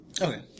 Okay